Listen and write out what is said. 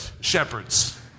shepherds